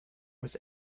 was